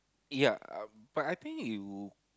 ya uh but I think you